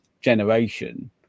generation